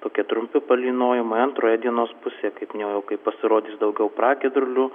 tokie trumpi palynojimai antroje dienos pusėje kaip minėjau jau kai pasirodys daugiau pragiedrulių